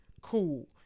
cool